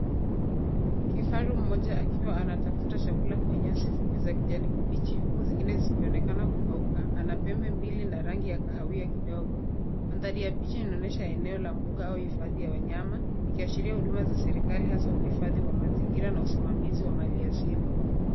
Kifaru mmoja akiwa anatafuta chakula kwenye nyasi fupi za kijani kibichi huku zingine zikionekana kukauka. Ana pembe mbili na rangi ya kahawia kidogo. Mandhari ya picha inaonyesha eneo la mbuga au hifadhi ya wanyama ikiashiria huduma za serikali hasa uhifadhi wa mazingira na usimamizi wa maliasili .